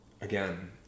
again